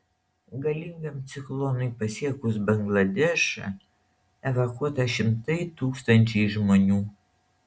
galingam ciklonui pasiekus bangladešą evakuota šimtai tūkstančių žmonių